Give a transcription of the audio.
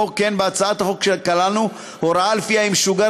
בהצעת החוק כללנו הוראה שלפיה אם שוגר